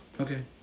Okay